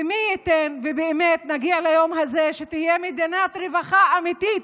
ומי ייתן ובאמת נגיע ליום הזה שתהיה מדינת רווחה אמיתית